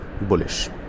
bullish